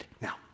Now